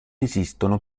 esistono